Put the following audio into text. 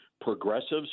progressives